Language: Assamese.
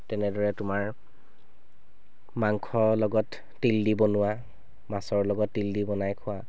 তেনেদৰে তোমাৰ মাংস লগত তিল দি বনোৱা মাছৰ লগত তিল দি বনাই খোৱা